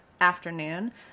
afternoon